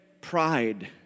pride